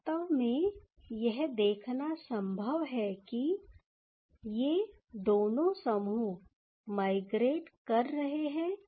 वास्तव में यह देखना संभव है कि ये दोनों समूह माइग्रेट कर रहे हैं